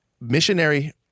missionary